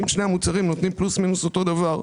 אם שני המוצרים נותנים פלוס מינוס אותו דבר,